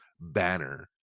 banner